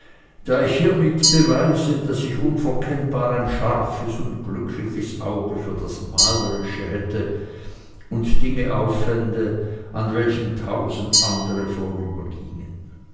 da ich hiemit beweise daß ich unverkennbar ein scharfes und glückliches auge für das malerische hätte und dinge auffände an welchen tausend andere vorübergingen